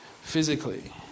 physically